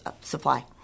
supply